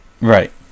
Right